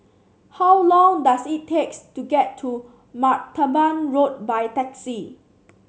how long does it takes to get to Martaban Road by taxi